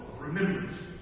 remembrance